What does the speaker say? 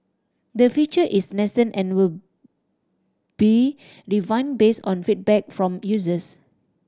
the feature is nascent and will be refined based on feedback from users